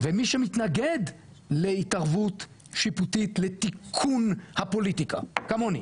ומי שמתנגד להתערבות שיפוטית לתיקון הפוליטיקה כמוני,